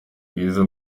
bwiza